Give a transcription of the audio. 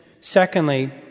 Secondly